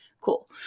cool